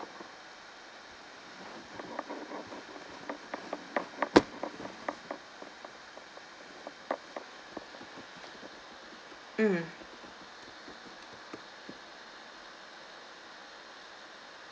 mm